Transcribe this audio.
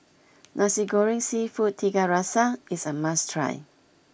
Nasi Goreng Seafood Tiga Rasa is a must try